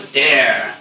dare